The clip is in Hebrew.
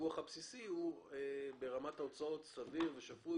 לפיקוח הבסיסי היא סבירה ושפויה ברמת ההוצאות ושאין